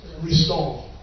restore